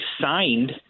signed